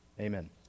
Amen